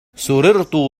سررت